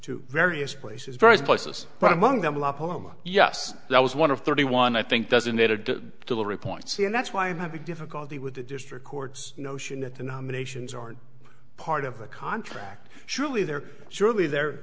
to various places various places but among them la paloma yes that was one of thirty one i think doesn't it had the delivery point see and that's why i'm having difficulty with the district courts notion that the nominations aren't part of the contract surely there surely the